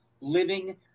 living